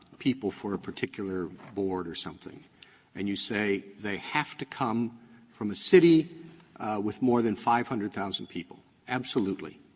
people for a particular board or something and you say they have to come from a city with more than five hundred thousand people, absolutely.